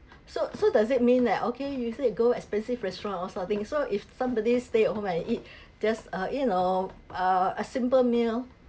so so does it mean that okay you say go expensive restaurant or something so if somebody stay at home and eat just uh you know a a simple meal